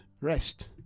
rest